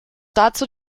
dazu